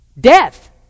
Death